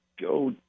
go